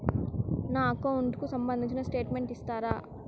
నా అకౌంట్ కు సంబంధించిన స్టేట్మెంట్స్ ఇస్తారా